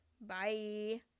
bye